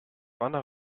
spanne